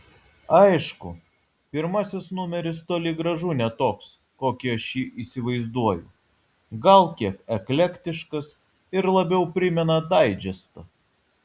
aišku pirmasis numeris toli gražu ne toks kokį aš jį įsivaizduoju gal kiek eklektiškas ir labiau primena daidžestą